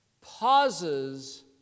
pauses